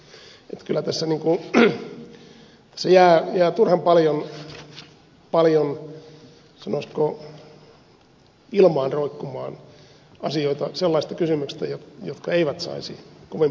kyllä tässä jää turhan paljon sanoisiko ilmaan roikkumaan asioita sellaisista kysymyksistä jotka eivät saisi kovin paljon leijailla